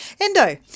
Endo